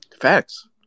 Facts